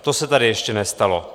To se tady ještě nestalo.